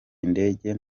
ndege